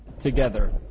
together